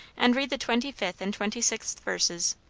and read the twenty-fifth and twenty-sixth verses.